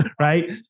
right